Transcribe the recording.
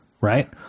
Right